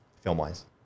film-wise